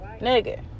Nigga